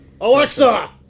alexa